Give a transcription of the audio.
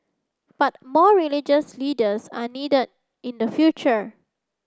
but more religious leaders are needed in the future